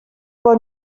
for